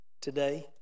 today